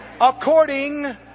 according